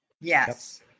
Yes